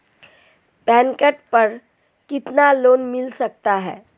Pan card पर कितना loan मिल सकता है?